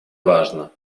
важно